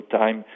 time